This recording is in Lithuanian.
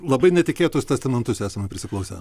labai netikėtus testamentus esame prisiklausę